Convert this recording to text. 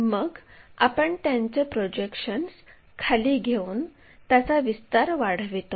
मग आपण त्यांचे प्रोजेक्शन्स खाली घेऊन त्याचा विस्तार वाढवितो